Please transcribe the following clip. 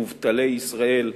מובטלי ישראל,